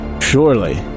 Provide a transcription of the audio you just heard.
Surely